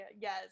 Yes